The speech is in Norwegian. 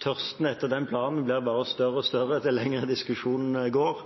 tørsten etter den planen blir bare større og større dess lenger diskusjonen går.